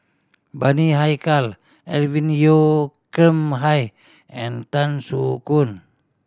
Bani Haykal Alvin Yeo Khirn Hai and Tan Soo Khoon